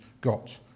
got